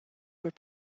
were